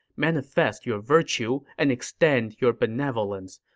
manifest your virtue and extend your benevolence.